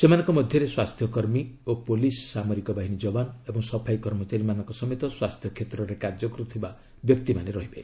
ସେମାନଙ୍କ ମଧ୍ୟରେ ସ୍ୱାସ୍ଥ୍ୟକର୍ମୀ ଓ ପୁଲିସ ସାମିରକ ବାହିନୀ ଜବାନ ଏବଂ ସଫେଇ କର୍ମଚାରୀମାନଙ୍କ ସମେତ ସ୍ୱାସ୍ଥ୍ୟ କ୍ଷେତ୍ରରେ କାର୍ଯ୍ୟ କରୁଥିବା ବ୍ୟକ୍ତିମାନେ ରହିବେ